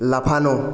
লাফানো